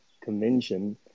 Convention